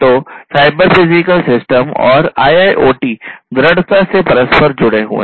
तो cyber physical system और IIoT दृढ़ता से परस्पर जुड़े हुए हैं